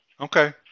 Okay